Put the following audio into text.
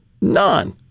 None